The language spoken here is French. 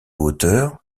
hauteur